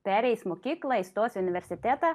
pereis mokyklą įstos į universitetą